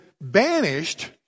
banished